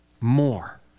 more